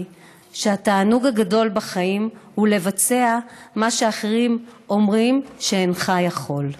שהתענוג הגדול בחיים הוא לבצע מה שאחרים אומרים שאינך יכול.